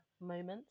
moments